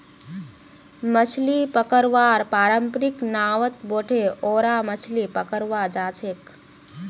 मछली पकड़वार पारंपरिक नावत बोठे ओरा मछली पकड़वा जाछेक